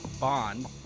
bond